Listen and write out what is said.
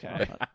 Okay